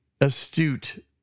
astute